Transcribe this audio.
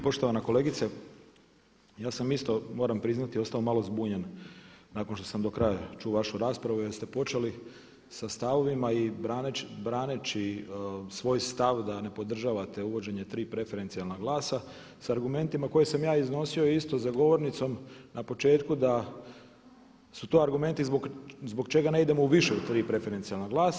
Poštovana kolegice, ja sam isto moram priznati ostao malo zbunjen nakon što sam do kraja čuo vašu raspravu jer ste počeli sa stavovima i braneći svoj stav da ne podržavate uvođenje tri preferencijalna glasa sa argumentima koje sam ja iznosio isto za govornicom na početku da su to argumenti zbog čega ne idemo u više od tri preferencijalna glasa.